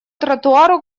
тротуару